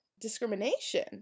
discrimination